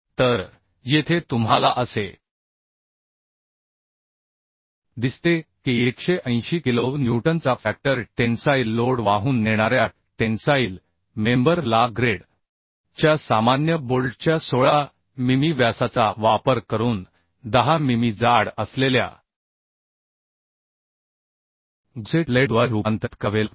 तर येथे तुम्हाला असे दिसते की 180 किलो न्यूटनचा फॅक्टर टेन्साईल लोड वाहून नेणाऱ्या टेन्साईल मेंबर ला ग्रेड च्या सामान्य बोल्टच्या 16 मिमी व्यासाचा वापर करून 10 मिमी जाड असलेल्या गुसेट प्लेटद्वारे रूपांतरित करावे लागते